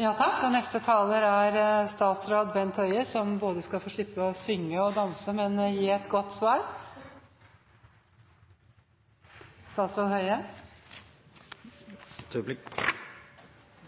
Neste taler er statsråd Bent Høie, som skal få slippe å synge og danse, men gi et godt